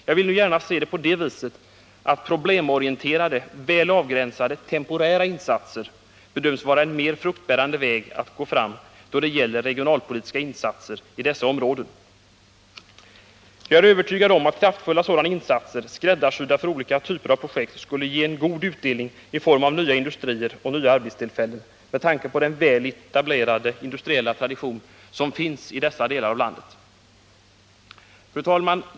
Jag vill nu se det på det viset att problemorienterade, välavgränsade temporära insatser kan bedömas vara en mer fruktbärande väg att gå då det gäller regionalpolitiska insatser i dessa Jag är övertygad om att kraftfulla sådana insatser, skräddarsydda för olika typer av projekt, skulle kunna ge en god utdelning i form av nya industrier och nya arbetstillfällen, med tanke på den väl etablerade industriella tradition som finns i dessa delar av landet. Fru talman!